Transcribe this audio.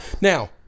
Now